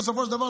ובסופו של דבר,